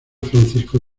francisco